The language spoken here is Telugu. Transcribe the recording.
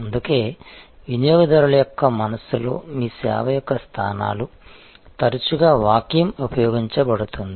అందుకే వినియోగదారుల యొక్క మనస్సులో మీ సేవ యొక్క స్థానాలు తరచుగా వాక్యం ఉపయోగించబడుతుంది